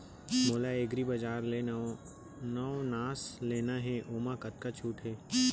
मोला एग्रीबजार ले नवनास लेना हे ओमा कतका छूट हे?